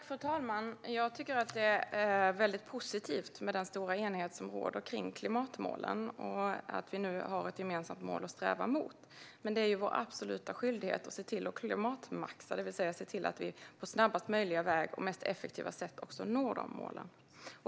Fru talman! Den stora enighet som råder om klimatmålen är väldigt positiv. Nu har vi ett gemensamt mål att sträva mot. Men det är vår absoluta skyldighet att se till att klimatmaxa, det vill säga att vi på snabbast möjliga väg och på det mest effektiva sättet också når de målen.